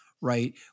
right